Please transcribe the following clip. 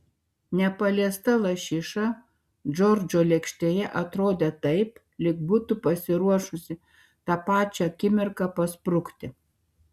nepaliesta lašiša džordžo lėkštėje atrodė taip lyg būtų pasiruošusi tą pačią akimirką pasprukti